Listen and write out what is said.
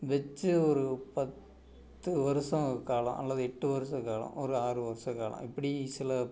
வச்சி ஒரு பத்து வருச காலம் அல்லது எட்டு வருச காலம் ஒரு ஆறு வருச காலம் இப்படி சில